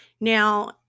now